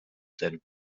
zen